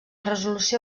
resolució